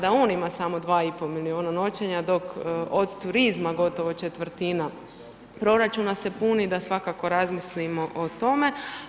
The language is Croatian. Kada on ima samo 2 i pol milijuna noćenja, dok od turizma gotovo četvrtina proračuna se puni da svakako razmislimo o tome.